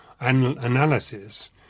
analysis